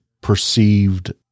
perceived